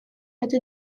это